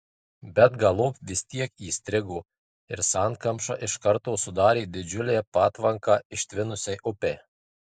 bet galop vis tiek įstrigo ir sankamša iš karto sudarė didžiulę patvanką ištvinusiai upei